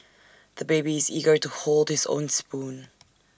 the baby is eager to hold his own spoon